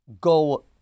go